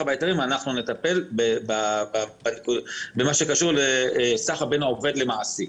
נטפל במה שקשור בסחר בין העובד למעסיק,